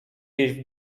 jej